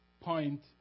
point